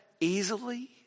easily